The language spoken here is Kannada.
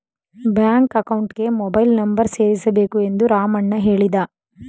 ಬ್ಯಾಂಕ್ ಅಕೌಂಟ್ಗೆ ಮೊಬೈಲ್ ನಂಬರ್ ಸೇರಿಸಬೇಕು ಎಂದು ರಾಮಣ್ಣ ಹೇಳಿದ